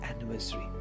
anniversary